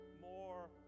more